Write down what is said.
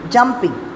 Jumping